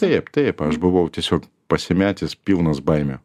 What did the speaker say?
taip taip aš buvau tiesiog pasimetęs pilnas baimių